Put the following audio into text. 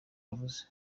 yavuze